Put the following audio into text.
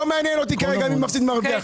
לא מעניין אותי כרגע מי מפסיד, מי מרוויח.